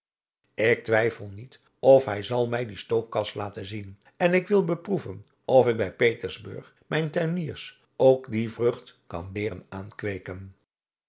ik twijfel niet of hij zal mij die stookkas laten zien en ik wil beproeven of ik bij petersburg mijn tuiniers ook die vrucht kan leeren